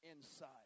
inside